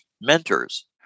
mentors